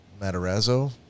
Matarazzo